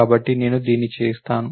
కాబట్టి నేను దీన్ని చేస్తాను